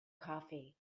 coffee